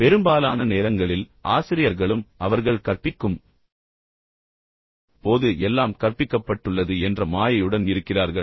பெரும்பாலான நேரங்களில் ஆசிரியர்களும் அவர்கள் கற்பிக்கும் போது எல்லாம் கற்பிக்கப்பட்டுள்ளது என்ற மாயையுடன் இருக்கிறார்கள்